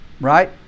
right